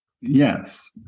yes